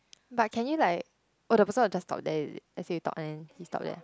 but can you like or the person will just stop there is it as in let's say you stop there and he stop there